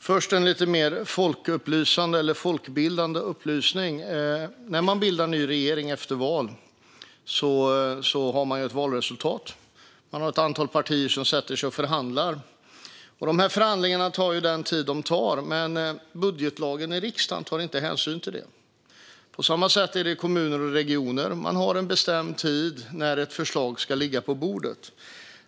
Herr talman! Först en lite mer folkbildande upplysning: När man bildar en ny regering efter val har man ett valresultat. Man har ett antal partier som sätter sig och förhandlar. De här förhandlingarna tar den tid de tar, men budgetlagen i riksdagen tar inte hänsyn till det. På samma sätt är det i kommuner och regioner: Man har en bestämd tid för när ett förslag ska ligga på bordet.